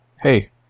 hey